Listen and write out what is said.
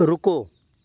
ਰੁਕੋ